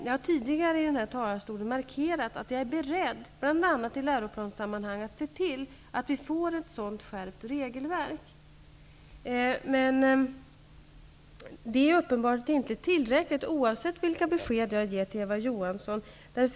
Jag har tidigare i den här talarstolen markerat att jag är beredd att bl.a. i läroplanssammanhang se till att vi får ett sådant skärpt regelverk. Det är uppenbarligen inte tillräckligt, oavsett vilka besked jag än ger till Eva Johansson.